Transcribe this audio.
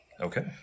Okay